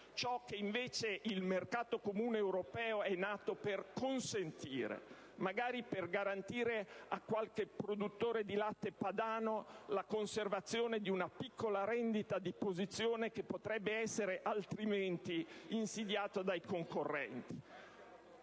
ciò che invece il mercato comune europeo è nato per consentire. Perché impedirlo? Sono per garantire a qualche produttore di latte padano la conservazione di una piccola rendita di posizione che potrebbe essere altrimenti insidiata dai concorrenti.